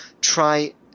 try